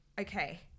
okay